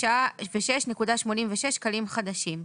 4,006.86 שקלים חדשים".